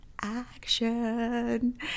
action